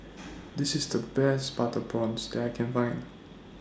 This IS The Best Butter Prawns that I Can Find